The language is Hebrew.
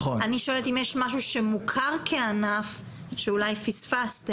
אני שואלת אם יש משהו שמוכר כענף שאולי פספסתם?